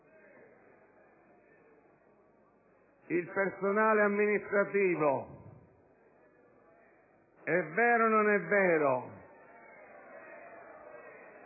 Il personale amministrativo: è vero o non è vero...